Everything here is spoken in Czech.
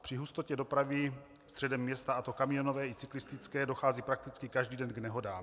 Při hustotě dopravy středem města, a to kamionové i cyklistické, dochází prakticky každý den k nehodám.